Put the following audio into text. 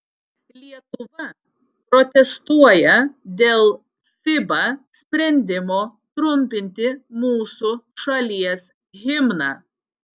lietuva protestuoja dėl fiba sprendimo trumpinti mūsų šalies himną